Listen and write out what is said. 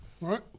right